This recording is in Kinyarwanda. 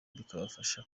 bikabafasha